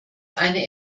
eine